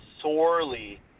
Sorely